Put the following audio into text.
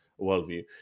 worldview